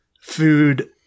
food